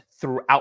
throughout